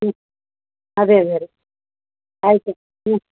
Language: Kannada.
ಹ್ಞೂ ಅದೆ ಅದೆ ರೀ ಆಯಿತು ಹೂಂ